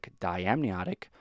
diamniotic